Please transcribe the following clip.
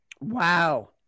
Wow